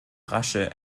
rasche